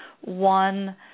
one